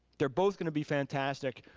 they're both gonna be fantastic.